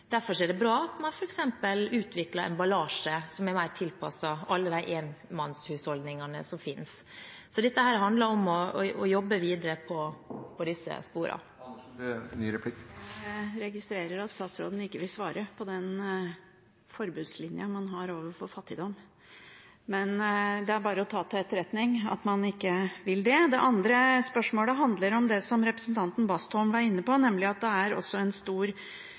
Derfor er det bra at man f.eks. utvikler emballasje som er mer tilpasset alle de enmannshusholdningene som finnes. Så dette handler om å jobbe videre på disse sporene. Jeg registrerer at statsråden ikke vil svare på den forbudslinja man har overfor fattigdom. Men det er bare å ta til etterretning at man ikke vil det. Det andre spørsmålet handler om det som representanten Bastholm var inne på, nemlig at det også er en stor